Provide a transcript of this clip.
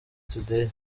today